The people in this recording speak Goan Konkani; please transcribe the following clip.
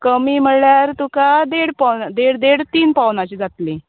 कमी म्हळ्ळ्यार तुका देड पोवन् देड देड तीन पोवनाचीं जातलीं